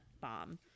bomb